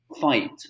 fight